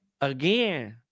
again